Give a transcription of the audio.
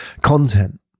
content